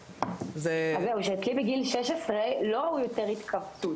זה - אז זהו שאצלי בגיל 16 לא ראו יותר התכווצות,